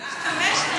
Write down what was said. אני יודעת.